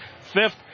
fifth